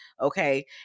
okay